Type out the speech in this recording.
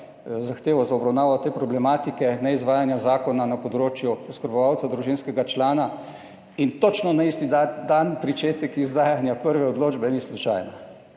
zahtevo za obravnavo te problematike neizvajanja zakona na področju oskrbovalcev družinskega člana in točno na isti dan pričetek izdajanja prve odločbe ni slučajno.